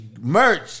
Merch